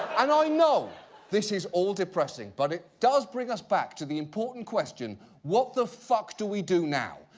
and i know this is all depressing, but it does bring us back to the important question what the fuck do we do now?